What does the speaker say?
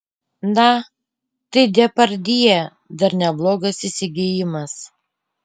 na tai depardjė dar neblogas įsigijimas